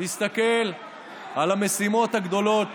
מסתכל על המשימות הגדולות